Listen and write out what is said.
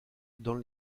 dans